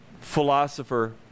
philosopher